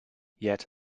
yet